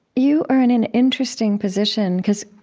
you are in an interesting position because